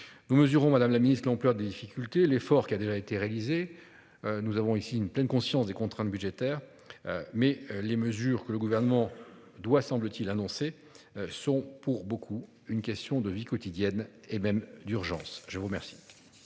Nous mesurons Madame la Ministre l'ampleur des difficultés l'effort qui a déjà été réalisé. Nous avons ici une pleine conscience des contraintes budgétaires. Mais les mesures que le gouvernement doit semble-t-il annoncé sont pour beaucoup une question de vie quotidienne et même d'urgence. Je vous remercie.